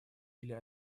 или